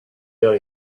built